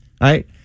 right